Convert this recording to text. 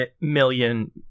million